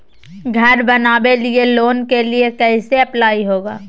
घर बनावे लिय लोन के लिए कैसे अप्लाई होगा?